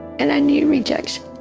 and i knew rejection.